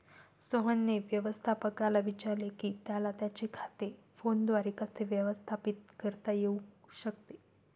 सोहनने व्यवस्थापकाला विचारले की त्याला त्याचे खाते फोनद्वारे कसे व्यवस्थापित करता येऊ शकते